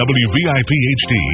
wviphd